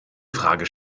frage